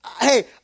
Hey